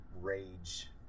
rage